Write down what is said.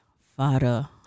Father